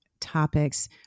topics